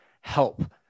help